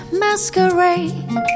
masquerade